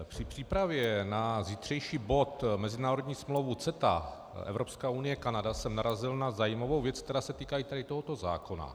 Při přípravě na zítřejší bod mezinárodní smlouva CETA Evropská unie Kanada jsem narazil na zajímavou věc, která se týká i tady tohoto zákona.